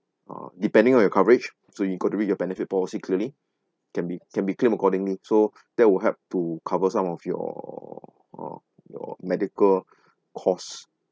uh depending on your coverage so you got to read your benefit policy clearly can be can be claim accordingly so that will help to cover some of your uh your medical costs